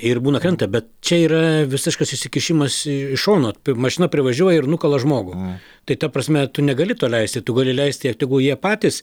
ir būna krenta bet čia yra visiškas įsikišimas iš šono mašina privažiuoja ir nukala žmogų tai ta prasme tu negali to leisti tu gali leisti jie tegul jie patys